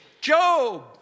Job